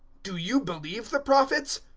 do you believe the prophets?